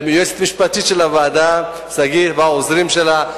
ליועצת המשפטית של הוועדה, שגית, ולעוזרים שלה.